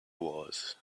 was